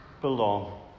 belong